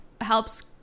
helps